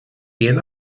gehen